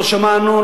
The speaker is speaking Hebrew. לא שמענו,